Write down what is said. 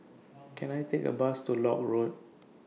Can I Take A Bus to Lock Road